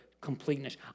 completeness